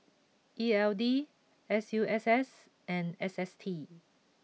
E L D S U S S and S S T